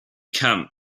camp